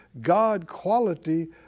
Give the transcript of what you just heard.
God-quality